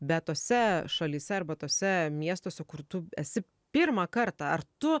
bet tose šalyse arba tuose miestuose kur tu esi pirmą kartą ar tu